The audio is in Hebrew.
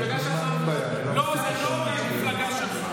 המפלגה שלך, לא, זה לא "המפלגה שלך".